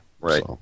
Right